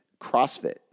CrossFit